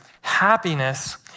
happiness